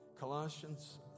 Colossians